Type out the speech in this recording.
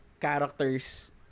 characters